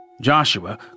Joshua